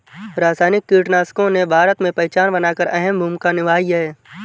रासायनिक कीटनाशकों ने भारत में पहचान बनाकर अहम भूमिका निभाई है